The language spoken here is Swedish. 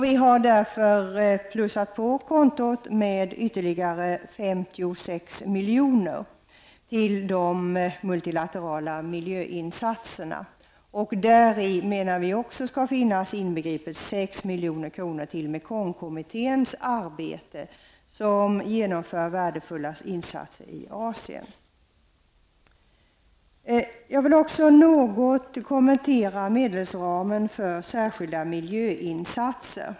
Vi har därför plussat på när det gäller detta konto med ytterligare 56 milj.kr. att avsättas för multilaterala miljöinsatser. Vi menar att däri skall inbegripas 6 miljoner till Mekongkommitténs arbete. Denna kommitté gör värdefulla insatser i Jag vill också något kommentera medelsramen för särskilda miljöinsatser.